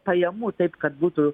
pajamų taip kad būtų